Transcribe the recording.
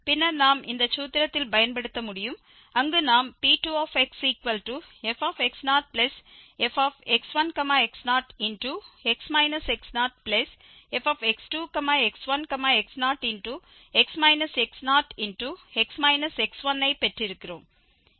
பின்னர் நாம் இந்த சூத்திரத்தில் பயன்படுத்த முடியும் அங்கு நாம் P2xfx0fx1x0x x0fx2x1x0ஐ பெற்றிருக்கிறோம்